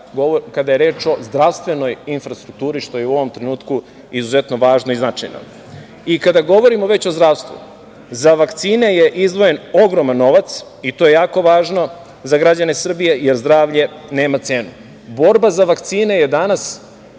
kada je reč o zdravstvenoj infrastrukturi, što je i u ovom trenutku izuzetno važno i značajno. Kada govorimo već o zdravstvu, za vakcine je izdvojen ogroman novac, to je jako važno za građane Srbije, jer zdravlje nema cenu. Borba za vakcine je danas